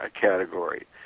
category